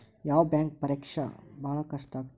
ಯಾವ್ ಬ್ಯಾಂಕ್ ಪರೇಕ್ಷೆ ಭಾಳ್ ಕಷ್ಟ ಆಗತ್ತಾ?